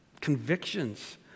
convictions